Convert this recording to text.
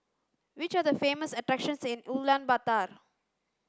which are the famous attractions in Ulaanbaatar